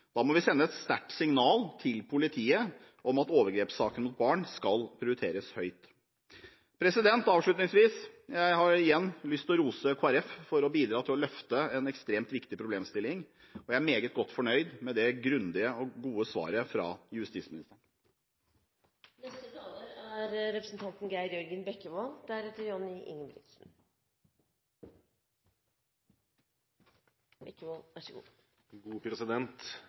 Da må vi sende et sterkt signal til politiet om at overgrepssaker mot barn skal prioriteres høyt. Avslutningsvis har jeg igjen lyst til å rose Kristelig Folkeparti for å bidra til å løfte en ekstremt viktig problemstilling, og jeg er meget godt fornøyd med det grundige og gode svaret fra